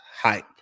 hype